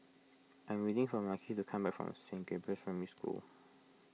I am waiting for Marquis to come back from Saint Gabriel's Primary School